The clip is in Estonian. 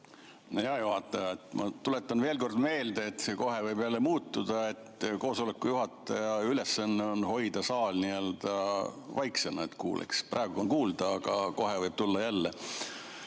Hea juhataja! Ma tuletan veel kord meelde, et see kohe võib jälle muutuda. Koosoleku juhataja ülesanne on hoida saal vaiksem, et kuuleks. Praegu on kuulda, aga kohe võib jälle